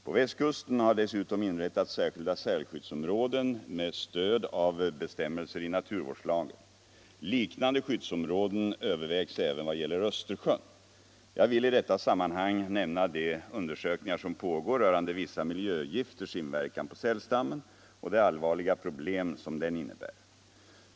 På västkusten har dessutom inrättats särskilda sälskyddsområden med stöd av bestämmelser i naturvårdslagen. Liknande skyddsområden övervägs även vad gäller Östersjön. Jag vill i detta sammanhang nämna de undersökningar som pågår rörande vissa miljögifters inverkan på sälstammen och det allvarliga problem som den innebär.